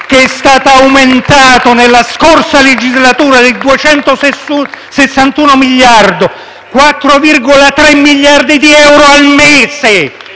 cheè stato aumentato nella scorsa legislatura di 261 miliardi, 4,3 miliardi di euro al mese